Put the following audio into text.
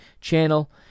channel